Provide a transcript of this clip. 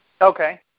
Okay